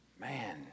Man